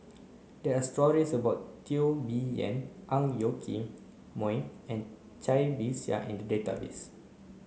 there are stories about Teo Bee Yen Ang Yoke Mooi and Cai Bixia in the database